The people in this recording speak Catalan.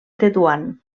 tetuan